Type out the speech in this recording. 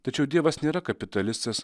tačiau dievas nėra kapitalistas